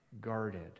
guarded